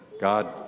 God